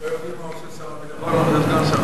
לא יודעים מה עושה שר הביטחון וסגן שר,